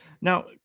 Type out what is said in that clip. now